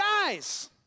guys